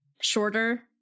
shorter